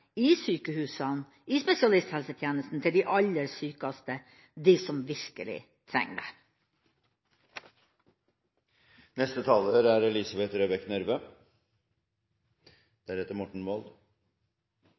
i sykehusene og i spesialisthelsetjenesten til de aller sykeste, som virkelig trenger